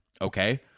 Okay